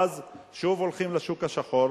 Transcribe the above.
ואז שוב הולכים לשוק השחור,